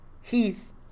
Heath